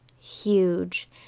huge